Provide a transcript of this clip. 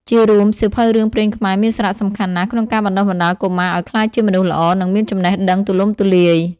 ជារួមសៀវភៅរឿងព្រេងខ្មែរមានសារៈសំខាន់ណាស់ក្នុងការបណ្ដុះបណ្ដាលកុមារឲ្យក្លាយជាមនុស្សល្អ និងមានចំណេះដឹងទូលំទូលាយ។